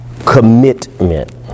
commitment